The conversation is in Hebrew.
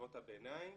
לחטיבות הביניים,